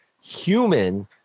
human